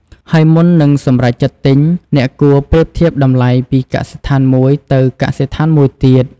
ហើយមុននឹងសម្រេចចិត្តទិញ អ្នកគួរប្រៀបធៀបតម្លៃពីកសិដ្ឋានមួយទៅកសិដ្ឋានមួយទៀត។